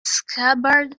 scabbard